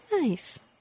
Nice